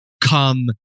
come